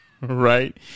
right